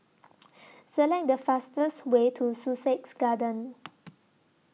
Select The fastest Way to Sussex Garden